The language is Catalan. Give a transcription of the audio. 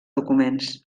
documents